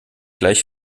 gleich